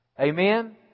Amen